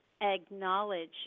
acknowledge